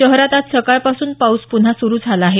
शहरात आज सकाळपासून पाऊस पुन्हा सुरु झाला आहे